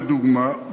לדוגמה,